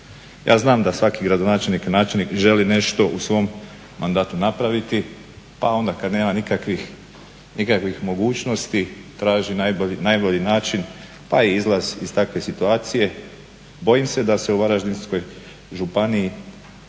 Ja znam da svaki gradonačelnik i načelnik želi nešto u svom mandatu napraviti, pa onda kad nema nikakvih mogućnosti traži najbolji način, pa i izlaz iz takve situacije. Bojim se da se u Varaždinskoj županiji